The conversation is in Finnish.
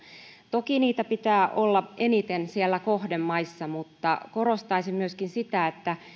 toki niitä pitää olla eniten kohdemaissa mutta korostaisin myöskin sitä että